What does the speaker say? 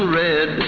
red